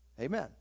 Amen